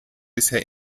bisher